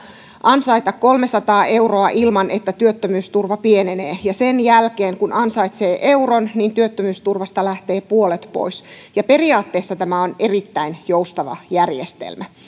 ansaita kolmesataa euroa ilman että työttömyysturva pienenee ja sen jälkeen kun ansaitsee euron työttömyysturvasta lähtee puolet pois periaatteessa tämä on erittäin joustava järjestelmä